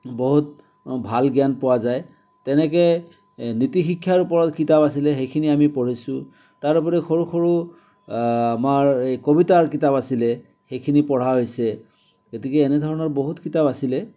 বহুত ভাল জ্ঞান পোৱা যায় তেনেকৈ নীতি শিক্ষাৰ ওপৰত কিতাপ আছিলে সেইখিনি আমি পঢ়িছোঁ তাৰোপৰি সৰু সৰু আমাৰ এই কবিতাৰ কিতাপ আছিলে সেইখিনি পঢ়া হৈছে গতিকে এনেধৰণৰ বহুত কিতাপ আছিলে